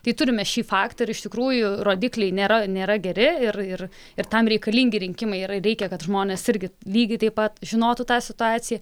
tai turime šį faktą ir iš tikrųjų rodikliai nėra nėra geri ir ir ir tam reikalingi rinkimai ir reikia kad žmonės irgi lygiai taip pat žinotų tą situaciją